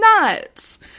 nuts